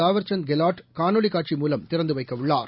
தாவர்சந்த் கெலாட் காணொலிக் காட்சி மூலம் திறந்துவைக்கவுள்ளார்